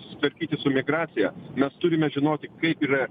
susitvarkyti su migracija mes turime žinoti kaip yra